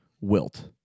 Wilt